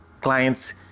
clients